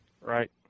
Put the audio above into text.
Right